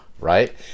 right